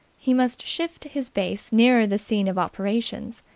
he must shift his base nearer the scene of operations.